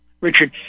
Richard